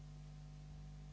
Hvala